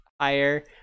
higher